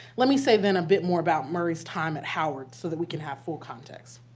let me say, then, a bit more about murray's time at howard so that we can have full context.